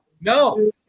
no